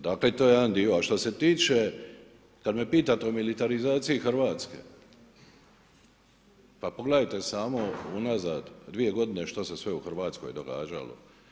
Dakle, to je jedan dio, a što se tiče, kad me pitate o militarizaciji Hrvatske, pa pogledajte samo unazad 2 g. što se sve u Hrvatskoj događalo.